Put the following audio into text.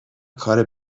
کار